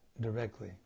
directly